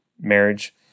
marriage